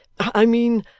i mean,